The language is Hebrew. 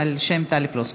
על שם טלי פלוסקוב.